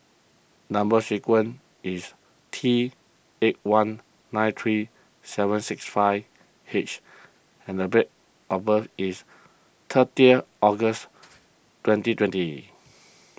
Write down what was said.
Number Sequence is T eight one nine three seven six five H and the bay of birth is thirtieth August twenty twenty